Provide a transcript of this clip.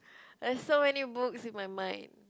there's so many books in my mind